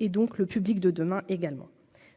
et donc le public de demain également,